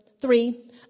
three